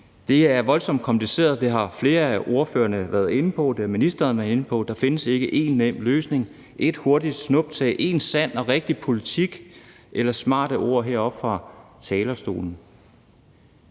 Det er voldsomt kompliceret, og det har flere af ordførerne været inde på, og det har ministeren været inde på. Der findes ikke én nem løsning, ét hurtigt snuptag, én sand og rigtig politik eller smarte ord heroppe fra talerstolen.